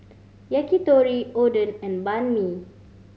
Yakitori Oden and Banh Mi